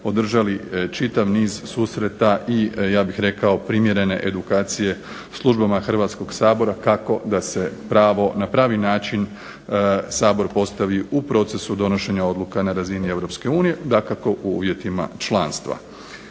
održali čitav niz susreta i ja bih rekao primjerene edukacije službama Hrvatskog sabora kako da se na pravi način SAbor postavi u procesu donošenja odluka na razini EU, dakako u uvjetima članstva.